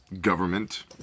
Government